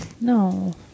No